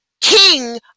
King